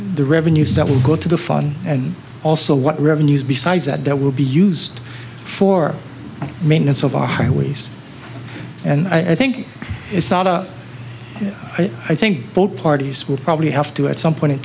the revenues that will go to the fun and also what revenues besides that that will be used for maintenance of our highways and i think it's not a i think both parties will probably have to at some point in